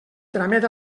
tramet